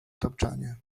tapczanie